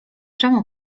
czemu